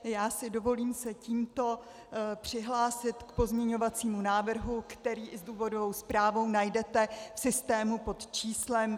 Já si dovolím se tímto přihlásit k pozměňovacímu návrhu, který i s důvodovou zprávou najdete v systému pod číslem 4506.